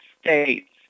states